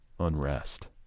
unrest